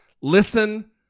Listen